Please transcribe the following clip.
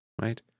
right